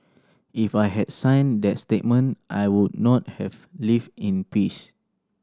if I had signed that statement I would not have lived in peace